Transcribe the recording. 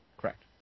Correct